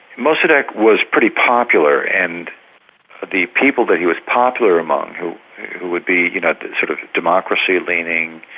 mossadeq was pretty popular and the people that he was popular among who who would be you know the sort of democracy-leaning,